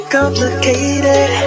Complicated